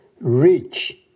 rich